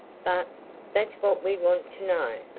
but that's what we want to know,